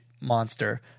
monster